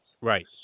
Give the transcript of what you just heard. Right